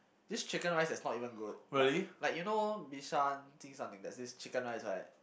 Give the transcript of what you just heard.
this chicken-rice is not even good like like you know Bishan there's this chicken-rice right